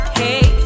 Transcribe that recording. hey